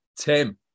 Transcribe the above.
Tim